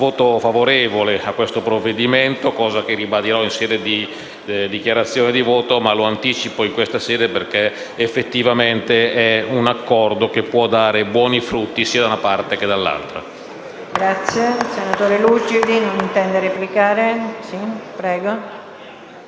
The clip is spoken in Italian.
voto favorevole su questo provvedimento, come ribadirò in sede di dichiarazione di voto; lo anticipo in questa sede perché, effettivamente, si tratta di un Accordo che può dare buoni frutti sia ad una parte e che all'altra.